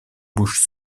bouches